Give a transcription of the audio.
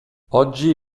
oggi